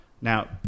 Now